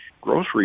grocery